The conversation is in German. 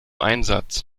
einsatz